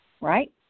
right